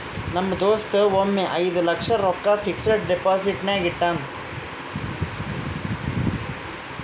ನಮ್ ದೋಸ್ತ ಒಮ್ಮೆ ಐಯ್ದ ಲಕ್ಷ ರೊಕ್ಕಾ ಫಿಕ್ಸಡ್ ಡೆಪೋಸಿಟ್ನಾಗ್ ಇಟ್ಟಾನ್